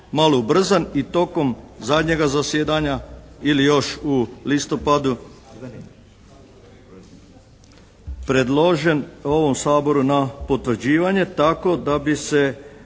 malo ubrzan i tokom zadnjega zasjedanja ili još u listopadu predložen ovom Saboru na potvrđivanje? Tako da bi se